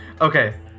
Okay